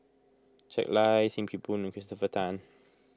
Jack Lai Sim Kee Boon and Christopher Tan